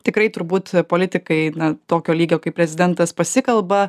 tikrai turbūt politikai na tokio lygio kaip prezidentas pasikalba